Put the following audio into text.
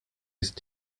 ist